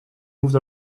moved